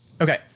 Okay